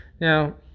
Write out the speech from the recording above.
now